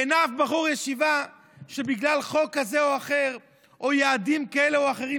אין שום בחור ישיבה שבגלל חוק כזה או אחר או יעדים כאלה או אחרים